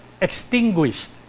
extinguished